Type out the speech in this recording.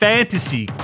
Fantasy